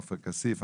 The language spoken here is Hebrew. עופר כסיף,